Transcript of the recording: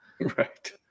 right